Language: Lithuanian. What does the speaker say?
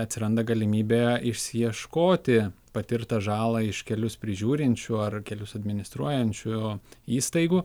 atsiranda galimybė išsiieškoti patirtą žalą iš kelius prižiūrinčių ar kelius administruojančių įstaigų